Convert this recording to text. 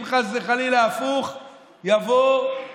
אתה יודע, אוהבים לטשטש.